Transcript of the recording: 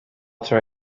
tar